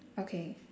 okay